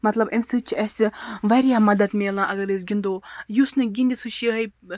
مطلب اَمہِ سۭتۍ چھِ اَسہِ واریاہ مَدَت ملان اَگَر أسۍ گِنٛدَو یُس نہٕ گِنٛدِتھ سُہ یِہٕے